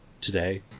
today